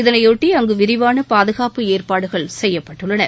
இதனையொட்டி அங்கு விரிவான பாதுகாப்பு ஏற்பாடுகள் செய்யப்பட்டுள்ளன